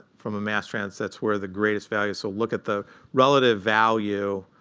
from mass transit, that's where the greatest value is. so look at the relative value